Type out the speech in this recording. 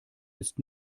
ist